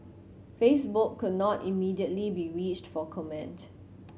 Facebook could not immediately be reached for comment